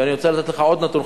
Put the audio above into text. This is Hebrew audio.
ואני רוצה לתת לך עוד נתון,